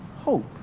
hope